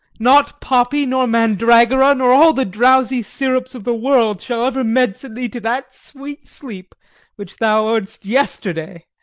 not poppy, nor mandragora, nor all the drowsy syrups of the world, shall ever medicine thee to that sweet sleep which thou ow'dst yesterday.